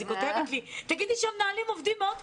אז היא כותבת לי: תגידי שהמנהלים עובדים מאוד קשה,